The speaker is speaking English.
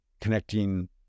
connecting